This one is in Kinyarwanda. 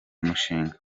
mushinga